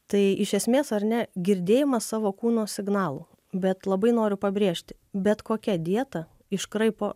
tai iš esmės ar ne girdėjimas savo kūno signalų bet labai noriu pabrėžti bet kokia dieta iškraipo